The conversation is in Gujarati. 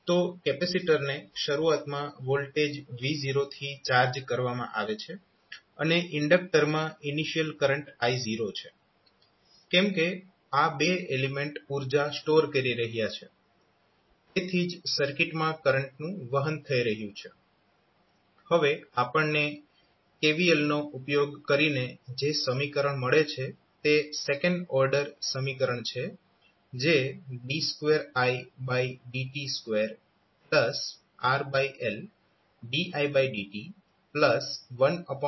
તો કેપેસિટરને શરૂઆતમાં વોલ્ટેજ V0 થી ચાર્જ કરવામાં આવે છે અને ઇન્ડક્ટરમાં ઇનિશિયલ કરંટ I0 છે કેમ કે આ બે એલીમેન્ટ ઉર્જા સ્ટોર કરી રહ્યાં છે તેથી જ સર્કિટમાં કરંટનું વહન થઇ રહ્યું છે હવે આપણને KVL નો ઉપયોગ કરીને જે સમીકરણ મળે છે તે સેકન્ડ ઓર્ડર સમીકરણ છે જે d2idt2RLdidt1LC0 છે